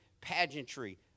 pageantry